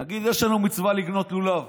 נגיד שיש לנו מצווה לקנות לולב,